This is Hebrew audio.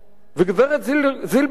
וגברת זילברשטיין,